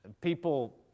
People